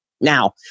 Now